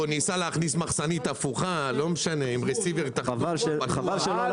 והוא ניסה להכניס מחסנית הפוכה -- חבל שאי